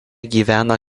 gyvena